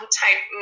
type